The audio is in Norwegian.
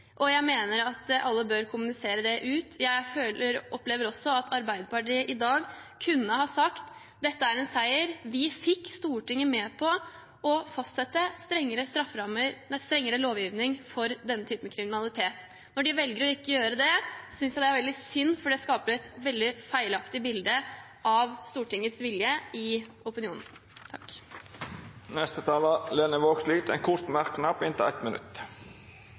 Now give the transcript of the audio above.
og jeg mener at alle bør kommunisere det ut. Jeg opplever også at Arbeiderpartiet i dag kunne sagt: Dette er en seier, vi fikk Stortinget med på å fastsette en strengere lovgivning for denne typen kriminalitet. Når de ikke velger å gjøre det, synes jeg det er veldig synd, for det skaper et veldig feilaktig bilde av Stortingets vilje i opinionen. Representanten Lene Vågslid har hatt ordet to gonger tidlegare og får ordet til ein kort merknad, avgrensa til 1 minutt.